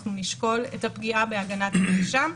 אנחנו נשקול את הפגיעה בהגנת הנאשם,